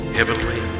Heavenly